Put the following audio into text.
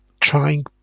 trying